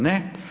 Ne.